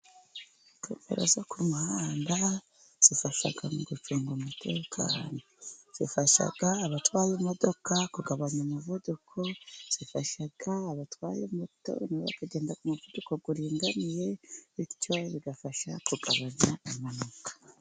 Kamera zo ku muhanda zifasha mu gucunga umutekano, zifasha abatwara imodoka kugabanya umuvuduko, zifasha abatwaye moto na bo na bakagenda ku muvuduko uringaniye, bityo bigafasha kugabanya impanuka.